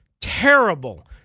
terrible